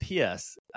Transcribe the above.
ps